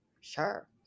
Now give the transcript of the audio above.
Sure